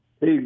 Hey